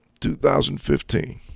2015